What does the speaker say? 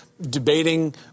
debating